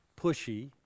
pushy